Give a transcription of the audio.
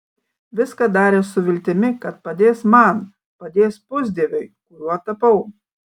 viską darė su viltimi kad padės man padės pusdieviui kuriuo tapau